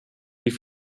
wie